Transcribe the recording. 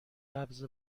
قبض